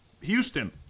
Houston –